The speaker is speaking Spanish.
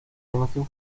animación